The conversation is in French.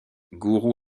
guru